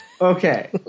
okay